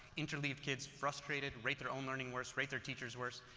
interleave kids frustrated, rate their own learning worse, rate their teacher's worse,